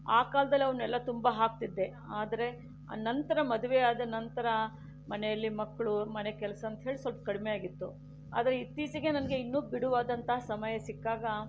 ಆ ಕಾಲದಲ್ಲಿ ಅವನ್ನೆಲ್ಲ ತುಂಬ ಹಾಕ್ತಿದ್ದೆ ಆದರೆ ನಂತರ ಮದುವೆ ಆದ ನಂತರ ಮನೆಯಲ್ಲಿ ಮಕ್ಕಳು ಮನೆಕೆಲಸ ಅಂತ್ಹೇಳಿ ಸ್ವಲ್ಪ ಕಡಿಮೆ ಆಗಿತ್ತು ಆದರೆ ಇತ್ತೀಚೆಗೆ ನನಗೆ ಇನ್ನು ಬಿಡುವಾದಂಥ ಸಮಯ ಸಿಕ್ಕಾಗ